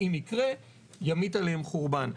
אם יקרה ימיט עליהם חורבן.